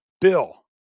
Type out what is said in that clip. Bill